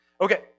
Okay